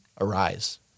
arise